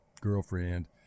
girlfriend